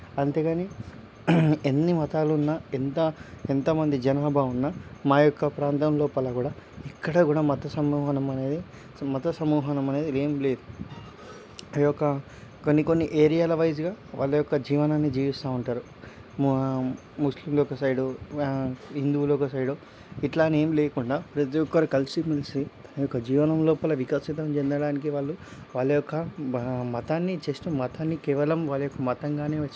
అంతేకాని ఎన్ని మతాలు ఉన్నా ఎంత ఎంతమంది జనాభా ఉన్న మా యొక్క ప్రాంతం లోపల కూడా ఎక్కడ కూడా మత సమూహనం అనేది మత సమూహనం అనేది ఏం లేదు ఆ యొక్క కొన్ని కొన్ని ఏరియాల వైస్గా వాళ్ళ యొక్క జీవనాన్ని జీవిస్తా ఉంటారు ముస్లింలు ఒక సైడు హిందువులు ఒక సైడ్ ఇట్లా అని ఏం లేకుండా ప్రతి ఒక్కరు కలిసి మెలిసి ఆ యొక్క జీవనం లోపల వికర్షితం చెందడానికి వాళ్ళు వాళ్ళ యొక్క మతాన్ని జస్ట్ మతాన్ని కేవలం వాళ్ళ యొక్క మతంగానే వచ్చి